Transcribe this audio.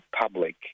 public